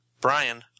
Brian